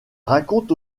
raconte